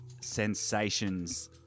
sensations